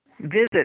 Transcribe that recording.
visit